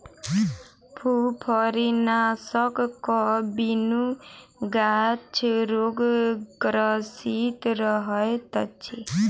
फुफरीनाशकक बिनु गाछ रोगग्रसित रहैत अछि